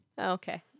okay